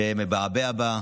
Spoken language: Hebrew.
שמבעבע בה,